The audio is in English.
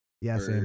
Yes